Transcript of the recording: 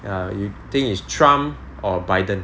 you think is trump or biden